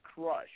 Crush